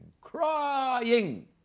crying